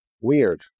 weird